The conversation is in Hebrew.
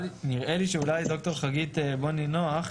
נראה לי שאולי ד"ר חגית בוני נח,